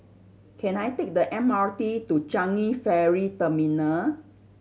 can I take the M R T to Changi Ferry Terminal